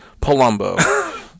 Palumbo